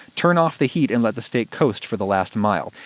turn off the heat and let the steak coast for the last mile.